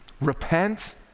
repent